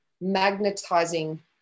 magnetizing